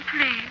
Please